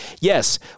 yes